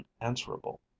unanswerable